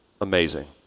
Amazing